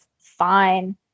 fine